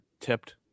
Tipped